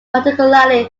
particularly